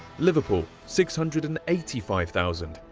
liverpool six hundred and eighty five thousand,